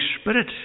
Spirit